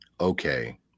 okay